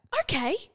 Okay